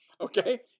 Okay